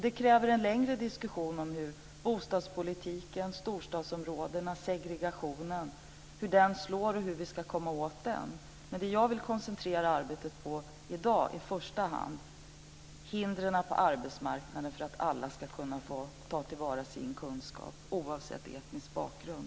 Det kräver en längre diskussion om bostadspolitiken och storstadsområdena och hur segregationen slår och hur vi ska komma åt den. Men det som jag vill koncentrera arbetet på i dag i första hand är hur man ska ta bort hindren på arbetsmarknaden för att alla ska kunna få ta till vara sin kunskap oavsett etnisk bakgrund.